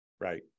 Right